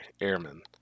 Airmen